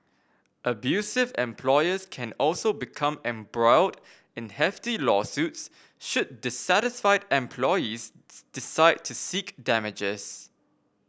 abusive employers can also become embroiled in hefty lawsuits should dissatisfied employees decide to seek damages